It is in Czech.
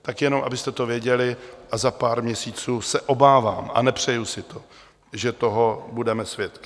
Tak jenom abyste to věděli, a za pár měsíců se obávám, a nepřeju si to, že toho budeme svědky.